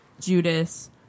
Judas